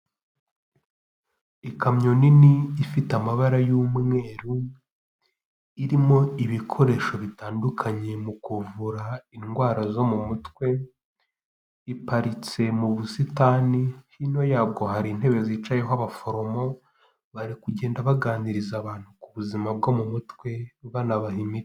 Ikamyo nini ifite amabara y'umweru, irimo ibikoresho bitandukanye mu kuvura indwara zo mu mutwe, iparitse mu busitani, hino yabwo hari intebe zicayeho abaforomo, bari kugenda baganiriza abantu ku buzima bwo mu mutwe banabaha imiti.